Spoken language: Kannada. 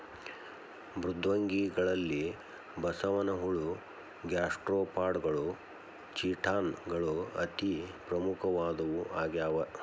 ಮೃದ್ವಂಗಿಗಳಲ್ಲಿ ಬಸವನಹುಳ ಗ್ಯಾಸ್ಟ್ರೋಪಾಡಗಳು ಚಿಟಾನ್ ಗಳು ಅತಿ ಪ್ರಮುಖವಾದವು ಆಗ್ಯಾವ